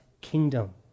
kingdom